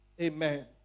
Amen